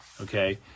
okay